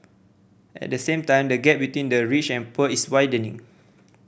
at the same time the gap between the rich and poor is widening